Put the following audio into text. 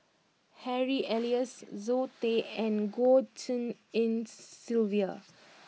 Harry Elias Zoe Tay and Goh Tshin En Sylvia